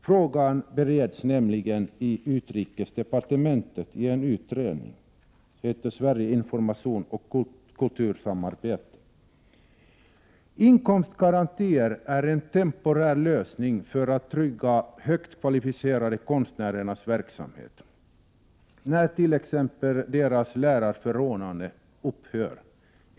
Frågan bereds nämligen i utrikesdepartementet i en utredning benämnd ” Sverige — information och kultursamarbete”. Inkomstgarantier är en temporär lösning för att trygga högt kvalificerade konstnärers verksamhet när t.ex. deras lärarförordnanden upphör.